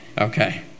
Okay